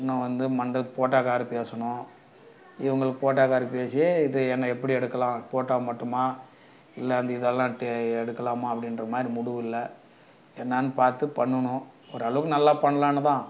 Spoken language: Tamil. இன்னும் வந்து மண்டபத் போட்டோக்காரரு பேசணும் இவங்கள் போட்டோக்காரரு பேசி இது என்ன எப்படி எடுக்கலாம் போட்டோ மட்டுமா இல்ல அந்த இதெல்லாம் டே எடுக்கலாமா அப்படின்ற மாதிரி முடிவுல்ல என்னான் பார்த்து பண்ணணும் ஓரளவுக்கு நல்லா பண்ணலானு தான்